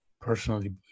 personally